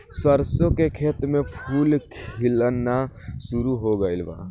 सरसों के खेत में फूल खिलना शुरू हो गइल बा